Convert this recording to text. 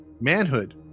manhood